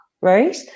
right